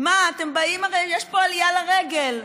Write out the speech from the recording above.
יש פה עלייה לרגל.